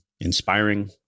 inspiring